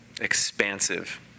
expansive